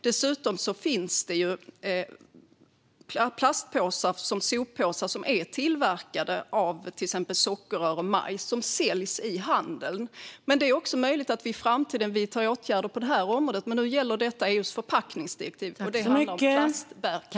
Dessutom finns det plastpåsar som soppåsar som är tillverkade av till exempel sockerrör och majs som säljs i handeln. Det är möjligt att vi i framtiden vidtar åtgärder också på det här området. Men nu gäller detta just förpackningsdirektivet, och det handlar om plastbärkassar.